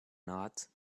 not